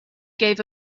gave